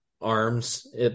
arms